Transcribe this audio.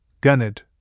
Gunned